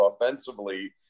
offensively